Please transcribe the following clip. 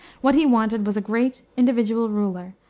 what he wanted was a great individual ruler,